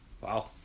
Wow